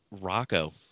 Rocco